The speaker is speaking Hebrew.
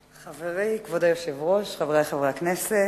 ייבוא, ייצוא ושיווק של פרוות),